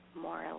more